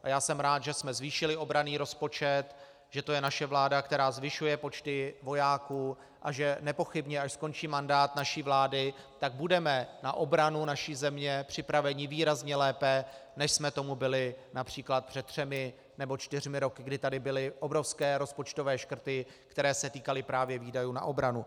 A já jsem rád, že jsme zvýšili obranný rozpočet, že to je naše vláda, která zvyšuje počty vojáků, a že nepochybně, až skončí mandát naší vlády, budeme na obranu naší země připraveni výrazně lépe, než jsme tomu byli např. před třemi nebo čtyřmi roky, kdy tady byly obrovské rozpočtové škrty, které se týkaly právě výdajů na obranu.